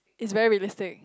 it's very realistic